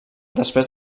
després